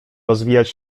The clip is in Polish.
rozwijać